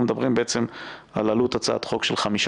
אנחנו מדברים בעצם על עלות הצעת חוק של 5